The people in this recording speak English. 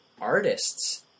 artists